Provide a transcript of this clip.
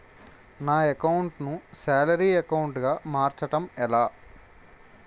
నా అకౌంట్ ను salary account గా మార్చటం ఎలా?